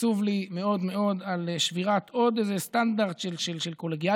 עצוב לי מאוד מאוד על שבירת עוד איזה סטנדרט של קולגיאליות,